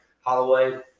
Holloway